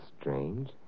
strange